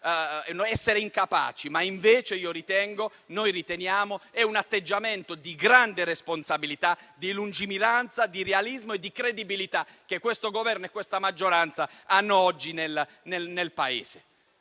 essere incapaci; invece io ritengo e noi riteniamo che sia un atteggiamento di grande responsabilità, di lungimiranza, di realismo e di credibilità che questo Governo e questa maggioranza hanno oggi nel Paese.